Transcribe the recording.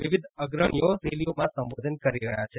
વિવિધ અગ્રણીઓ રેલીઓમાં સંબોધનો કરી રહ્યા છે